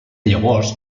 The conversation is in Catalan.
llavors